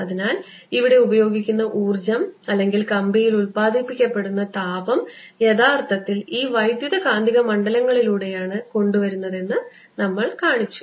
അതിനാൽ ഇവിടെ ഉപയോഗിക്കുന്ന ഊർജ്ജം അല്ലെങ്കിൽ കമ്പിയിൽ ഉത്പാദിപ്പിക്കപ്പെടുന്ന താപം യഥാർത്ഥത്തിൽ ഈ വൈദ്യുതകാന്തിക മണ്ഡലങ്ങളിലൂടെയാണ് കൊണ്ടുവരുന്നതെന്ന് നമ്മൾ കാണിച്ചു